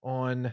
on